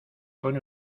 pone